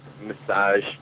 massage